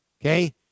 Okay